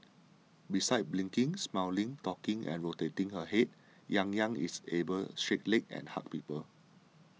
besides blinking smiling talking and rotating her head Yang Yang is able shake ling and hug people